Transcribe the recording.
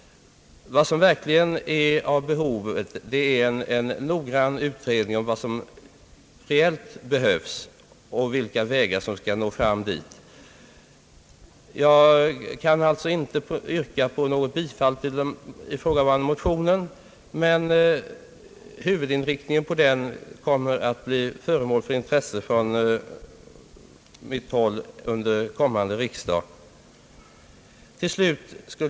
Vad som verkligen är av behovet är en noggrann utredning om vad som reellt behövs och vilka vägar som skall nå fram dit. Jag kan alltså inte yrka bifall till den ifrågavarande motionen, men huvudinriktningen på den kommer att bli föremål för intresse från min sida under kommande riksdag.